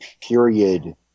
period